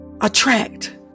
Attract